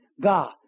God